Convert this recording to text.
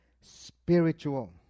spiritual